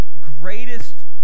greatest